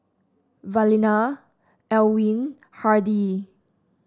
Evalena Elwin Hardie